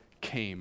came